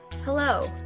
Hello